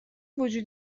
وجود